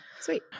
Sweet